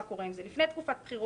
מה קורה עם זה לפני תקופת בחירות,